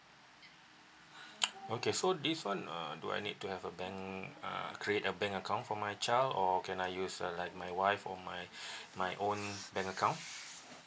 okay so this [one] uh do I need to have a bank uh create a bank account for my child or can I use uh like my wife or my my own bank account